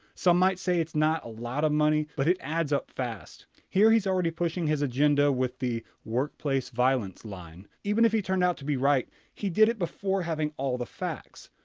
some might say it's not a lot of money, but it adds up fast. here he's already pushing his agenda with the workplace violence line. even if he turned out to be right, he did it before having all of the facts.